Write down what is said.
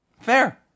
Fair